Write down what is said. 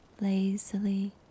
lazily